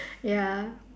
ya